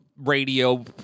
radio